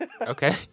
Okay